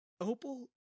Opal